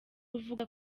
uvuga